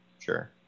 Sure